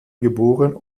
geboren